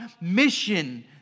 mission